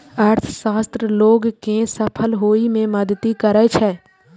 अर्थशास्त्र लोग कें सफल होइ मे मदति करै छै